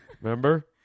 Remember